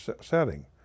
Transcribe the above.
setting